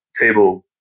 table